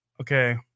okay